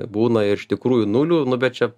būna iš tikrųjų nulių nu bet čia